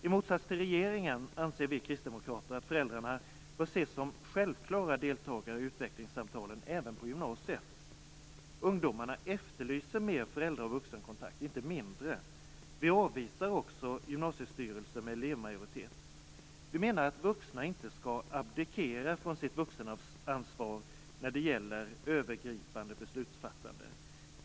I motsats till regeringen anser vi kristdemokrater att föräldrarna bör ses som självklara deltagare i utvecklingssamtalen även på gymnasiet. Ungdomarna efterlyser mer föräldra och vuxenkontakter, inte mindre. Vi avvisar också gymnasiestyrelser med elevmajoritet. Vi menar att vuxna inte skall abdikera från sitt vuxenansvar när det gäller övergripande beslutsfattande.